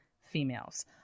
females